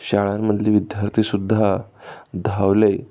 शाळांमधली विद्यार्थी सुद्धा धावले